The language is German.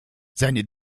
seine